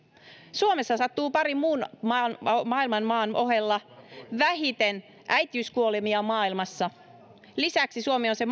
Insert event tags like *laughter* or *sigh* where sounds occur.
suomessa sattuu parin muun maailman maailman maan ohella vähiten äitiyskuolemia maailmassa lisäksi suomi on se *unintelligible*